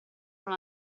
non